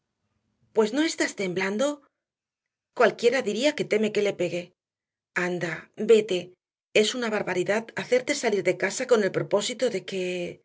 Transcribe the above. pues no estás temblando cualquiera diría que teme que le pegue anda vete es una barbaridad hacerte salir de casa con el propósito de que